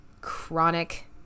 chronic